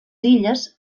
illes